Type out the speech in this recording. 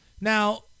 Now